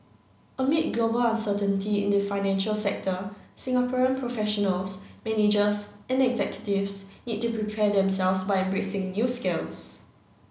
amid global uncertainty in the financial sector Singaporean professionals managers and executives need to prepare themselves by embracing new skills